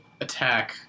attack